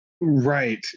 Right